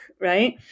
right